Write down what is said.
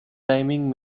timing